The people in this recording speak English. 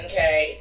Okay